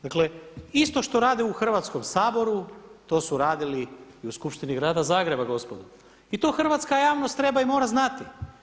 Dakle, isto što rade u Hrvatskom saboru, to su radili i u Skupštini Grada Zagreba gospodo i to hrvatska javnost treba i mora znati.